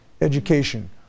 education